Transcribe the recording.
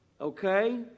Okay